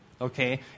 Okay